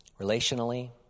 relationally